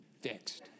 fixed